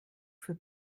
für